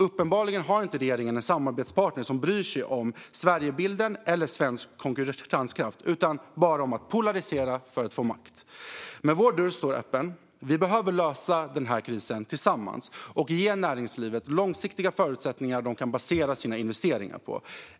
Uppenbarligen har inte regeringen en samarbetspartner som bryr sig om Sverigebilden eller svensk konkurrenskraft. Man bryr sig bara om att polarisera för att få makt. Men vår dörr står öppen. Vi behöver lösa denna kris tillsammans och ge näringslivet långsiktiga förutsättningar som de kan basera sina investeringar på.